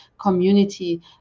community